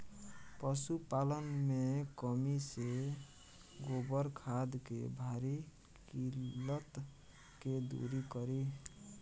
पशुपालन मे कमी से गोबर खाद के भारी किल्लत के दुरी करी?